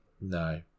No